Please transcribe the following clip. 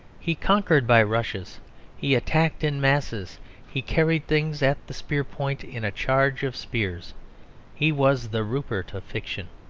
he conquered by rushes he attacked in masses he carried things at the spear point in a charge of spears he was the rupert of fiction.